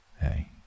hey